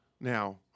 now